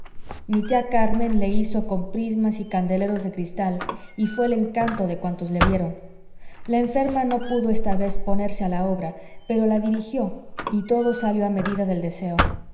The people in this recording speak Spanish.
mi tía carmen le hizo con prismas y candeleros de cristal y fué el encanto de cuantos le vieron la enferma no pudo esta vez ponerse a la obra pero la dirigió y todo salió a medida del deseo